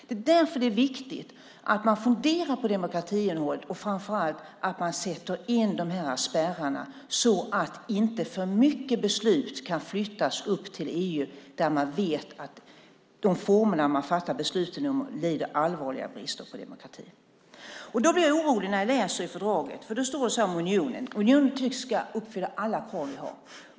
Det är därför det är viktigt att fundera på demokratiinnehållet och framför allt att spärrarna sätts in så att inte för många beslut kan flyttas upp på EU-nivå där man vet att beslutsformerna lider allvarliga brister på demokrati. Jag blir orolig när jag läser i fördraget. Där framkommer följande om unionen. Unionen ska uppfylla alla krav vi har.